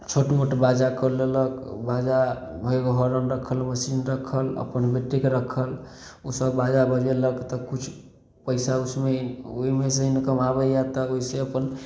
छोट मोट बाजाके लेलक बाजा होरन रखलक मशीन रखलक अपन बैट्रीक रखलक ओ सब बाजा बजेलक तऽ किछु पैसा ओहिमे सऽ इनकम आबैया तऽ ओहिसे अपन